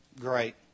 great